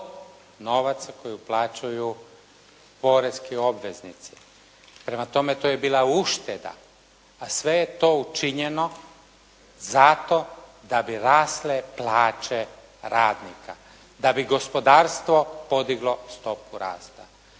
novaca koje uplaćuju poreski obveznici. Prema tome to je bila ušteda a sve je to učinjeno zato da bi rasle plaće radnika. Da bi gospodarstvo podiglo stopu rasta.